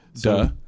duh